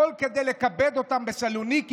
הכול כדי לכבד אותם בסלוניקי,